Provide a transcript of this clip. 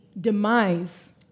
demise